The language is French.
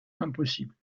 impossible